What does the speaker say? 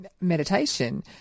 meditation